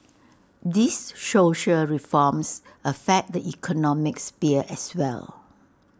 these social reforms affect the economic sphere as well